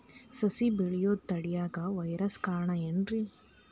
ಸಸಿ ಬೆಳೆಯುದ ತಡಿಯಾಕ ವೈರಸ್ ಕಾರಣ ಏನ್ರಿ?